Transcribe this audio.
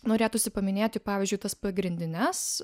norėtųsi paminėti pavyzdžiui tas pagrindines